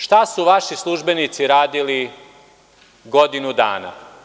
Šta su vaši službenici radili godinu dana?